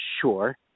Sure